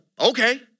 okay